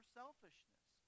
selfishness